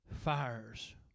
fires